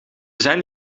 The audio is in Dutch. zijn